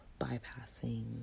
bypassing